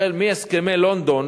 החל מהסכמי לונדון,